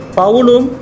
paulum